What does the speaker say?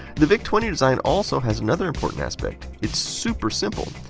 the vic twenty design also has another important aspect, it's super simple.